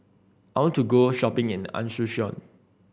I want to go shopping in the Asuncion